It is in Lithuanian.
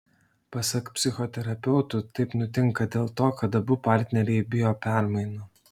pasak psichoterapeutų taip nutinka dėl to kad abu partneriai bijo permainų